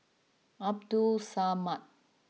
Abdul Samad